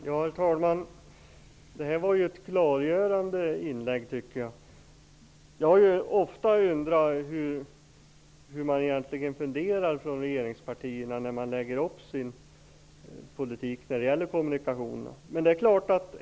Herr talman! Det var ett klargörande inlägg. Jag har ofta undrat hur man från regeringspartiernas sida egentligen funderar när man lägger upp sin politik på kommunikationsområdet.